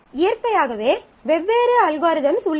இயற்கையாகவே வெவ்வேறு அல்காரிதம்ஸ் உள்ளன